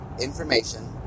information